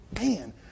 man